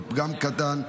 כל פגם קטן,